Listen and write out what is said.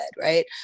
right